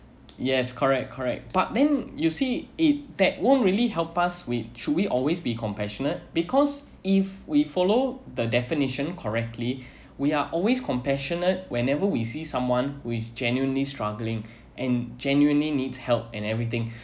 yes correct correct but then you see it that won't really help us with should we always be compassionate because if we follow the definition correctly we are always compassionate whenever we see someone who is genuinely struggling and genuinely need help and everything